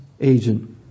agent